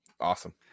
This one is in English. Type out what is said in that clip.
Awesome